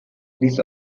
this